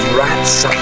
rats